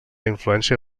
influència